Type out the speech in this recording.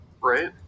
Right